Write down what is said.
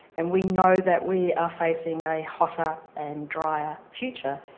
and we know that we are facing a hotter and drier future.